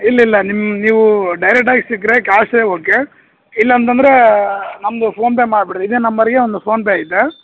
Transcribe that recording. ಇಲ್ಲ ಇಲ್ಲ ನಿಮ್ಮ ನೀವು ಡೈರೆಕ್ಟಾಗಿ ಸಿಕ್ಕರೆ ಕಾಸೇ ಓಕೆ ಇಲ್ಲಂತಂದರೆ ನಮ್ಮದು ಫೋನ್ಪೇ ಮಾಡಿ ಬಿಡಿರಿ ಇದೇ ನಂಬರ್ಗೆ ಒಂದು ಫೋನ್ಪೇ ಐತೆ